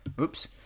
oops